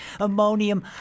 ammonium